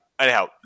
Anyhow